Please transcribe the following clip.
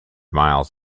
miles